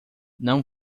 não